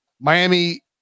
Miami